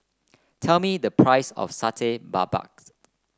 tell me the price of Satay Babat